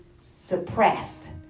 suppressed